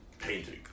painting